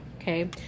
okay